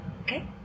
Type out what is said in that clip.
okay